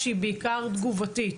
שהיא בעיקר תגובתית,